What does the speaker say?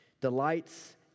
delights